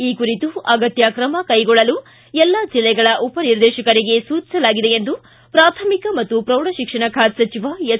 ಈ ಕುರಿತು ಅಗತ್ಯ ಕ್ರಮ ಕೈಗೊಳ್ಳಲು ಎಲ್ಲಾ ಜಿಲ್ಲೆಗಳ ಉಪನಿರ್ದೇಶಕರಿಗೆ ಸೂಚಿಸಲಾಗಿದೆ ಎಂದು ಪ್ರಾಥಮಿಕ ಮತ್ತು ಪ್ರೌಢ ಶಿಕ್ಷಣ ಖಾತೆ ಸಚಿವ ಎಸ್